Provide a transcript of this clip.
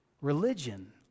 Religion